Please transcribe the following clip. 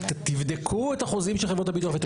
תבדקו את החוזים של חברות הביטוח.